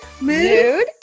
Mood